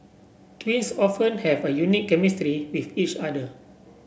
twins often have a unique chemistry with each other